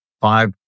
five